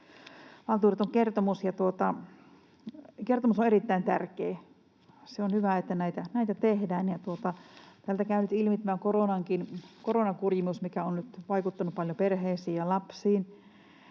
kertomus, ja kertomus on erittäin tärkeä. Se on hyvä, että näitä tehdään. Täältä käy nyt ilmi tämä koronakurimuskin, mikä on vaikuttanut paljon perheisiin ja lapsiin.